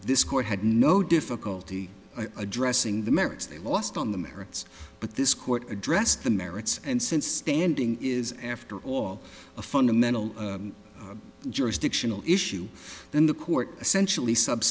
this court had no difficulty addressing the merits they lost on the merits but this court addressed the merits and since standing is after all a fundamental jurisdictional issue then the court essentially sub